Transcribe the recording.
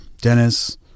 Dennis